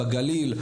בגליל,